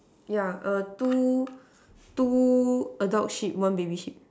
yeah err two two adult seat one baby seat